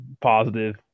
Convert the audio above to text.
positive